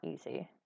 easy